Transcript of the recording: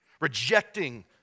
rejecting